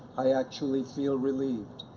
i actually feel relieved.